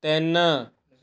ਤਿੰਨ